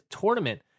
tournament